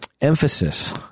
emphasis